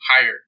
higher